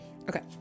Okay